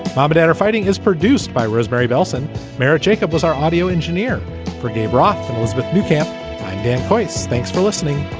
um um but enter fighting is produced by roseberry bellson merete. jacob was our audio engineer for gay brothels with boot camp in place. thanks for listening